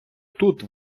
тут